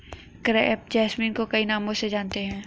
crepe jasmine को कई नामों से जानते हैं